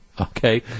okay